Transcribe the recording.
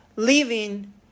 Living